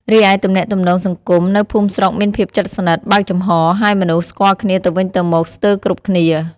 រីឯ ទំនាក់ទំនងសង្គម នៅភូមិស្រុកមានភាពជិតស្និទ្ធ បើកចំហរ ហើយមនុស្សស្គាល់គ្នាទៅវិញទៅមកស្ទើរគ្រប់គ្នា។